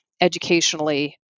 educationally